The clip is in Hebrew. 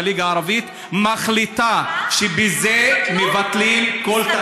שהליגה הערבית מחליטה שבזה מבטלים כל תהליך שלום.